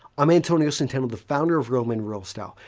i'm antonio centeno, the founder of real men real style.